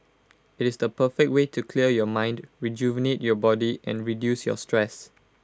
IT is the perfect way to clear your mind rejuvenate your body and reduce your stress